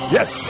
Yes